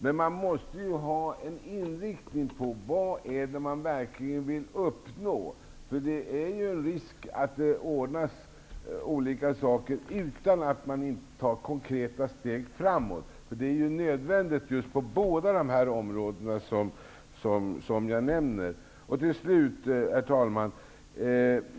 Men man måste ha en inriktning: Vad är det vi verkligen vill uppnå? Det är risk att det ordnas olika saker utan att man tar konkreta steg framåt. Det är nödvändigt på båda de områden som jag nämnde. Slutligen, herr talman!